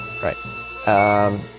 Right